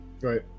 Right